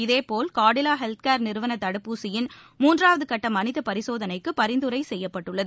இதேபோல் காடிலா ஹெல்த்கேர் நிறுவன தடுப்பூசியின் மூன்றாவது கட்ட மனித பரிசோதனைக்கு பரிந்துரை செய்யப்பட்டுள்ளது